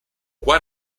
qua